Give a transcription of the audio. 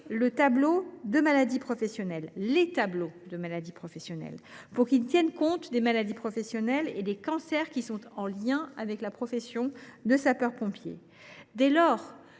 : nous devons actualiser les tableaux des maladies professionnelles pour qu’ils tiennent compte des maladies professionnelles et des cancers qui sont en lien avec la profession de sapeur pompier, de sorte